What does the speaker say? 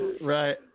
Right